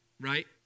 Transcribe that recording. right